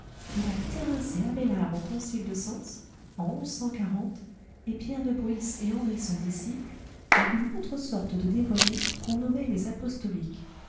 il a terrassé abeilard au concile de sens en et pierre de bruys et henry son disciple et une autre sorte de dévoyés qu'on nommait les apostoliques